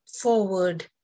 forward